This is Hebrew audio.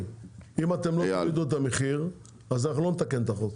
אם אתם לא תורידו את המחיר אז אנחנו לא נתקן את החוק,